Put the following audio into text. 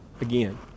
again